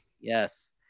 Yes